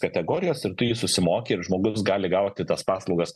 kategorijos ir tu jį susimoki ir žmogus gali gauti tas paslaugas